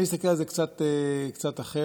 אני מסתכל על זה קצת אחרת.